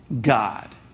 God